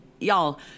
y'all